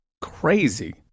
Crazy